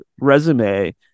resume